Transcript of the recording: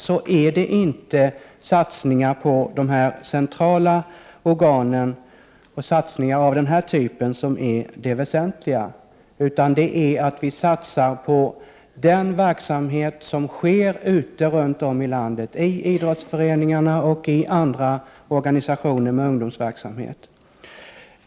För oss är det inte satsningar på de centrala organen av den här typen som är de väsentliga, utan det väsentliga är att vi satsar på den verksamhet som sker runt om i landet i idrottsföreningar och i andra organisationer med ungdomsverksamhet.